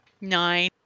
Nine